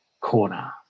corner